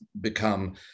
become